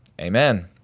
Amen